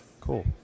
cool